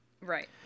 right